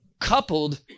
Coupled